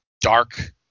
dark